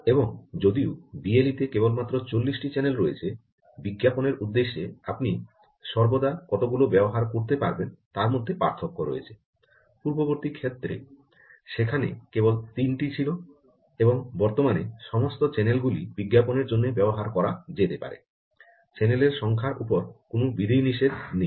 এবং যদিও বিএলই তে কেবলমাত্র 40 টি চ্যানেল রয়েছে বিজ্ঞাপনের উদ্দেশ্যে আপনি সর্বদা কতগুলি ব্যবহার করতে পারবেন তার মধ্যে পার্থক্য রয়েছে পূর্ববর্তী ক্ষেত্রে সেখানে কেবল 3 টি ছিল এবং বর্তমানে সমস্ত চ্যানেল গুলি বিজ্ঞাপনের জন্য ব্যবহার করা যেতে পারে চ্যানেলের সংখ্যার উপর কোনও বিধিনিষেধ নেই